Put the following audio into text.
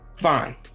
fine